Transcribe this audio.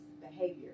behavior